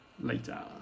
later